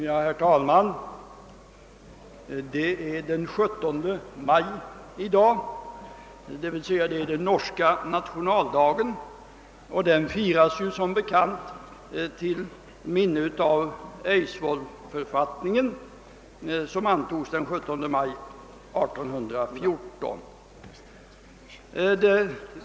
Herr talman! Det är den 17 maj i dag, d. v. s. den norska nationaldagen, som ju firas till minne av BEidsvoldsförfattningen av den 17 maj 1814.